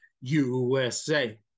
usa